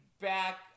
back